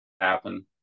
happen